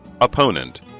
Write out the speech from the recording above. Opponent